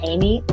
Amy